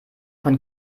von